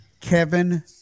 Kevin